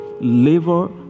liver